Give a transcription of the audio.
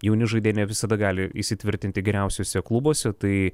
jauni žaidėjai nevisada gali įsitvirtinti geriausiuose klubuose tai